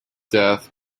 death